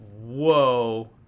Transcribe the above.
whoa